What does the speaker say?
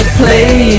play